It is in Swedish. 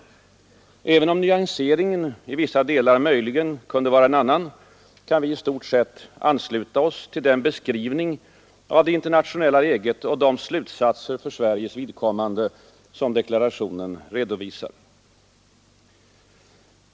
Även om nyanseringen i vissa delar möjligen kunde vara en annan, kan vi i stort sett ansluta oss till den beskrivning av det internationella läget och de slutsatser för Sveriges vidkommande som deklarationen redovisar.